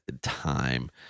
time